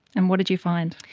and what did you find?